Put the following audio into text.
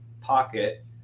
pocket